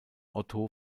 otto